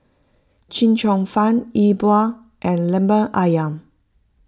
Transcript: Chee Cheong Fun E Bua and Lemper Ayam